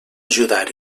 ajudar